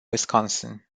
wisconsin